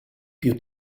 più